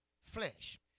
flesh